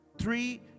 three